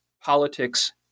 politics